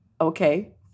okay